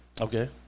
Okay